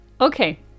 Okay